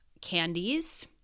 candies